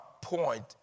point